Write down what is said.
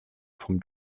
vom